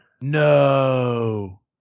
No